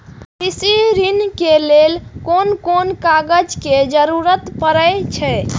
कृषि ऋण के लेल कोन कोन कागज के जरुरत परे छै?